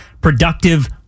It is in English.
productive